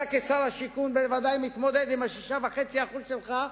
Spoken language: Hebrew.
אתה כשר השיכון ודאי מתמודד עם ה-6.5% שלך,